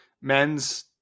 Men's